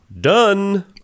Done